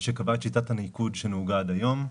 שקבעה את שיטת הניקוד שנהוגה עד היום.